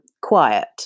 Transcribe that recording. quiet